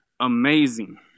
amazing